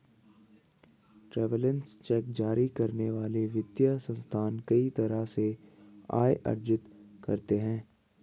travellers cheque जारी करने वाले वित्तीय संस्थान कई तरह से आय अर्जित करते हैं